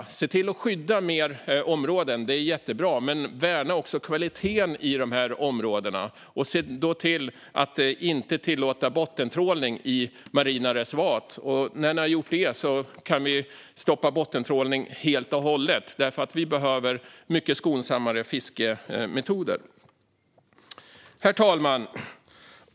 Det är jättebra att skydda fler områden, men kvaliteten behöver också värnas i områdena. Se till att inte tillåta bottentrålning i marina reservat! När det är gjort kan vi stoppa bottentrålning helt och hållet, för vi behöver ha mycket skonsammare fiskemetoder. Herr talman!